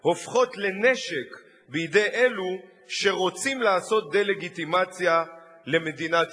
"הופכות לנשק בידי אלו שרוצים לעשות דה-לגיטימציה למדינת ישראל".